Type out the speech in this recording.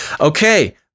Okay